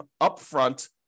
upfront